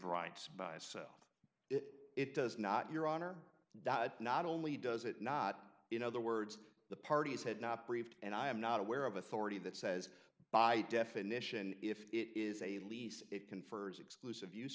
rights by south it does not your honor that not only does it not in other words the parties had not briefed and i am not aware of authority that says by definition if it is a lease it confers exclusive use